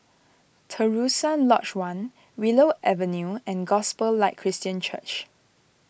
Terusan Lodge one Willow Avenue and Gospel Light Christian Church